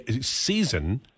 season